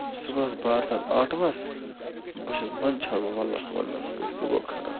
صُبحَس بَرتَن آٹوَس بہٕ چھُس مَنٛدچھان وۄنۍ وَللہ وَننَس کٲنٛسہِ یہِ گوٚو خراب